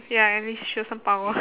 ya at least show some power